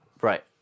Right